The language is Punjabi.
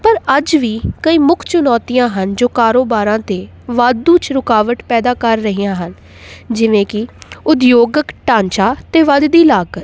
ਪਰ ਅੱਜ ਵੀ ਕਈ ਮੁੱਖ ਚੁਣੌਤੀਆਂ ਹਨ ਜੋ ਕਾਰੋਬਾਰਾਂ 'ਤੇ ਵਾਧੂ 'ਚ ਰੁਕਾਵਟ ਪੈਦਾ ਕਰ ਰਹੀਆਂ ਹਨ ਜਿਵੇਂ ਕਿ ਉਦਯੋਗਿਕ ਢਾਂਚਾ ਅਤੇ ਵੱਧਦੀ ਲਾਗਤ